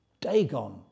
Dagon